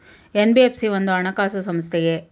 NBFC ಒಂದು ಹಣಕಾಸು ಸಂಸ್ಥೆಯೇ?